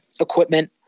equipment